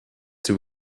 too